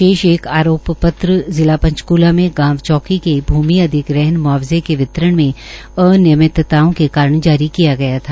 शेष एक आरोपपत्र जिला पंचकूला में गांव चौकी के भूमि अधिग्रहण मुआवजे के वितरण में अनियमितताओं के कारण जारी किया गया था